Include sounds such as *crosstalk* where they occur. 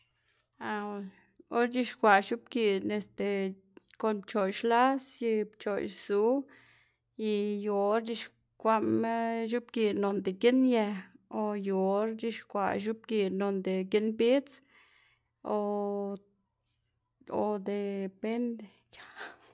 *hesitation* or c̲h̲ixkwa' x̱o'bgi'n este kon pchoꞌx las y pchoꞌx zu y yu or c̲h̲ixkwaꞌma x̱oꞌbgiꞌn noꞌnda giꞌn ye o yu or c̲h̲ixkwaꞌ x̱oꞌbgiꞌn noꞌnda giꞌn bidz *hesitation* o depende.